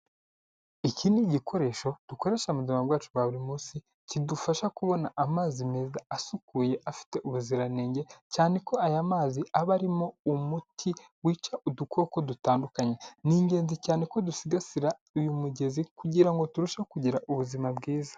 Iki nigikoresho dukoresha mu mu buzima bwacu bwa buri munsi kidufasha kubona amazi meza asukuye afite ubuziranenge, cyane ko aya mazi aba arimo umuti wica udukoko dutandukanye. Ni ingenzi cyane ko dusigasira uyu mugezi kugirango turusheho kugira ubuzima bwiza.